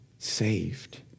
saved